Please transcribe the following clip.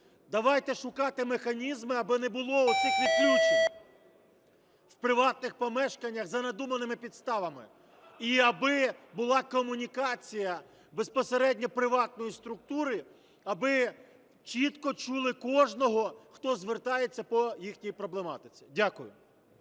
давайте шукати механізми, аби не було оцих відключень в приватних помешканнях за надуманими підставами і аби була комунікація безпосередньо приватної структури, аби чітко чули кожного, хто звертається по їхній проблематиці. Дякую.